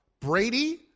Brady